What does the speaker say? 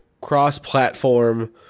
Cross-platform